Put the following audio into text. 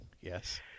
yes